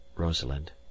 rosalind